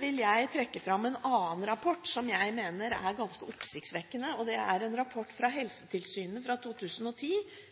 vil jeg trekke fram en annen rapport som jeg mener er ganske oppsiktsvekkende. Det er en rapport fra Helsetilsynet fra 2010,